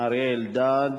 אריה אלדד.